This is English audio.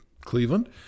Cleveland